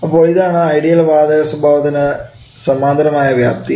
അപ്പോൾ ഇതാണു ഐഡിയൽ വാതക സ്വഭാവത്തിന് സമാന്തരമായ വ്യാപ്തി